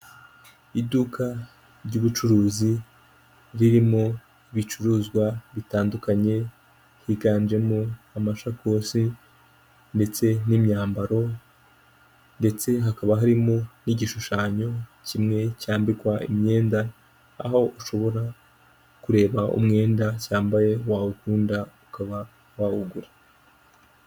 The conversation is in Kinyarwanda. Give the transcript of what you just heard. Iduka ry'ubucuruzi ririmo ibicuruzwa bitandukanye, higanjemo amashakose ndetse n'imyambaro ndetse hakaba harimo n'igishushanyo kimwe cyambikwa imyenda, aho ushobora kureba umwenda cyambaye wawukunda ukaba wawugura.